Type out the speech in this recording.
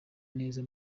neza